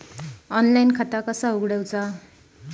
Online खाता कसा उघडायचा?